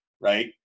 right